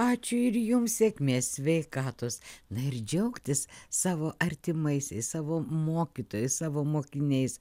ačiū ir jums sėkmės sveikatos na ir džiaugtis savo artimaisiais savo mokytojais savo mokiniais